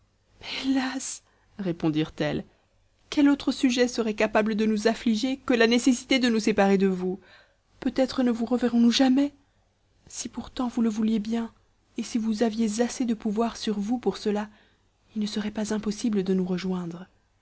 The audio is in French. hélas répondirent elles quel autre sujet serait capable de nous affliger que la nécessité de nous séparer de vous peut-être ne vous reverrons-nous jamais si pourtant vous le vouliez bien et si vous aviez assez de pouvoir sur vous pour cela il ne serait pas impossible de nous rejoindre